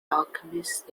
alchemist